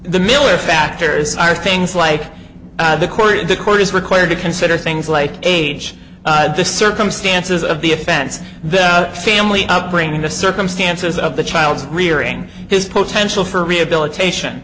the miller factors are things like the korean the court is required to consider things like age the circumstances of the offense the family upbringing the circumstances of the child rearing his potential for rehabilitation